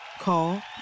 Call